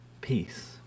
peace